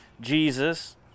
Jesus